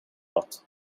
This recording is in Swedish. nåt